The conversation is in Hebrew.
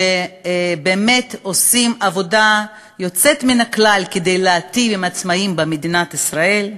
שבאמת עושים עבודה יוצאת מן הכלל כדי להיטיב עם עצמאים במדינת ישראל.